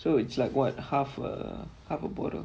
so it's like what half uh half a bottle